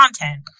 content